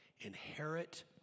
inherit